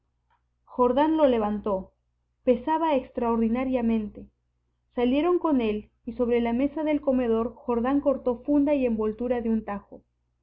jordán lo levantó pesaba extraordinariamente salieron con él y sobre la mesa del comedor jordán cortó funda y envoltura de un tajo